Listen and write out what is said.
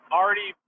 already